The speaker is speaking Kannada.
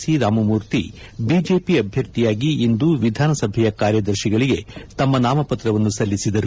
ಸಿ ರಾಮಮೂತಿ ಬಿಜೆಪಿ ಅಭ್ಯರ್ಥಿಯಾಗಿ ಇಂದು ವಿಧಾನಸಭೆಯ ಕಾರ್ಯದರ್ತಿಗಳಿಗೆ ತಮ್ಮ ನಾಮಪತ್ರವನ್ನು ಸಲ್ಲಿಸಿದರು